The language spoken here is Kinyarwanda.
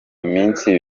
iminsi